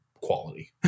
quality